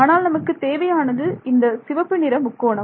ஆனால் நமக்குத் தேவையானது இந்த சிவப்பு நிற முக்கோணம்